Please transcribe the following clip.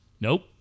Nope